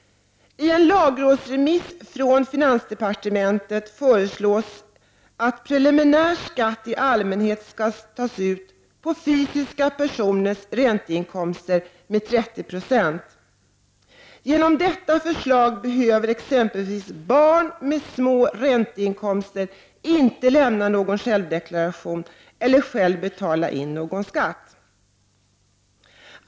I en lagrådsremiss från finansdepartementet föreslås att preliminär skatt i allmänhet skall tas ut på fysiska personers ränteinkomster med 30 96. Genom detta förslag behöver exempelvis barn med små ränteinkomster inte lämna någon självdeklaration eller själv betala in någon skatt.